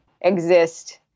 exist